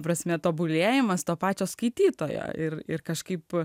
prasme tobulėjimas to pačio skaitytojo ir ir kažkaip